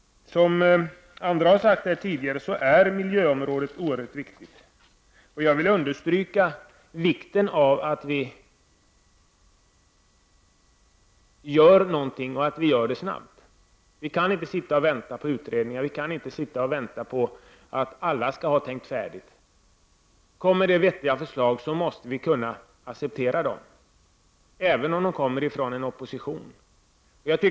Miljöfrågorna är — som andra talare tidigare har sagt — ett oerhört viktigt område. Jag vill understryka vikten av att någonting görs och att det sker snabbt. Vi kan inte bara vänta på utredningar eller på att alla skall ha tänkt färdigt. När vettiga förslag läggs fram måste vi kunna acceptera dem, även om de kommer från oppositionssidan.